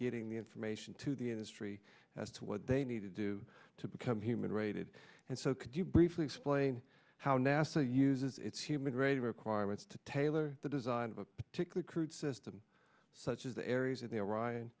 getting the information to the industry as to what they need to do to become human rated and so could you briefly explain how nasa uses its human grade requirements to tailor the design of a particular crude system such as the areas